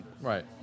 right